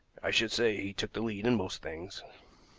i should say he took the lead in most things.